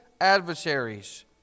adversaries